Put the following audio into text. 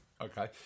okay